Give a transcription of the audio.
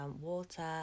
water